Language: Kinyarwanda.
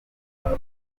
bwawe